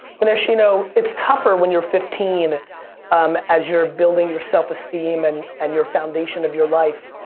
vignesh, you know, it's tougher when you're fifteen um as you're building your self esteem and and your foundation of your life.